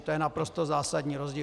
To je naprosto zásadní rozdíl.